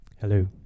Hello